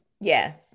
Yes